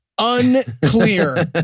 Unclear